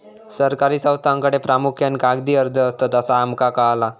सरकारी संस्थांकडे प्रामुख्यान कागदी अर्ज असतत, असा आमका कळाला